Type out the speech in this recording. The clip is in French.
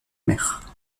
mer